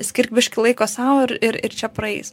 skirk biškį laiko sau ir ir ir čia praeis